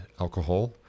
alcohol